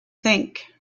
think